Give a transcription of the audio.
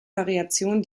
variation